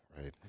right